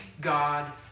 God